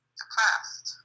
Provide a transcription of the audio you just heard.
depressed